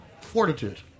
fortitude